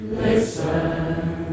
listen